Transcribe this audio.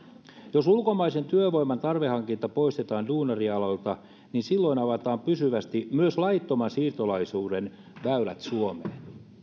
jos ulkomaisen työvoiman tarveharkinta poistetaan duunarialoilta niin silloin avataan pysyvästi myös laittoman siirtolaisuuden väylät suomeen